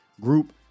group